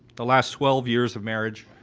the last twelve years of marriage